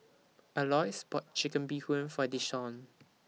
Alois bought Chicken Bee Hoon For Desean